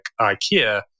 Ikea